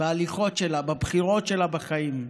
בהליכות שלה, בבחירות שלה בחיים,